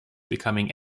becoming